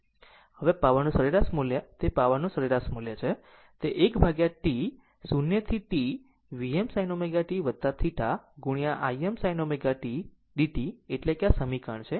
હવે પાવરનું સરેરાશ મૂલ્ય તે પાવરનું સરેરાશ મૂલ્ય છે તે 1 upon T 0 to T Vm sin ω t θ into Im sin ω t dt એટલે કે આ સમીકરણ છે